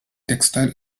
textile